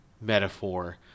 metaphor